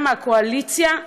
גם מהקואליציה,